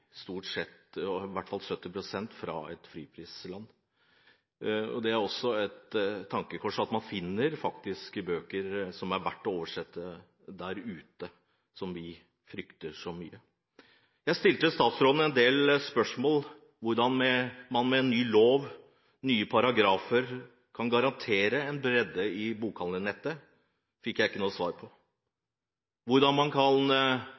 stort sett – i hvert fall 70 pst. – fra et friprisland. Det er også et tankekors at man faktisk finner bøker som er verdt å oversette der ute, som vi frykter så mye. Jeg stilte statsråden en del spørsmål: Hvordan kan man med en ny lov, nye paragrafer, garantere en bredde i bokhandlernettet? Det fikk jeg ikke noe svar på. Hvordan kan man